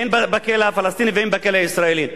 הן בכלא הפלסטיני והן בכלא הישראלי.